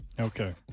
Okay